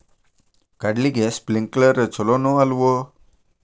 ಕಡ್ಲಿಗೆ ಸ್ಪ್ರಿಂಕ್ಲರ್ ಛಲೋನೋ ಅಲ್ವೋ?